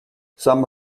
some